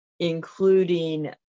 including